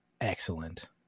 excellent